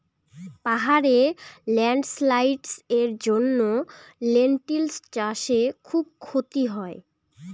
পাহাড়ে ল্যান্ডস্লাইডস্ এর জন্য লেনটিল্স চাষে খুব ক্ষতি হয়